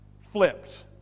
flipped